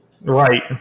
Right